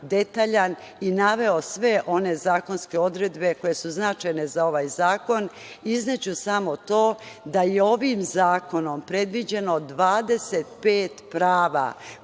detaljan i naveo sve one zakonske odredbe koje su značajne za ovaj zakon, izneću samo to da je ovim zakonom predviđeno 25 prava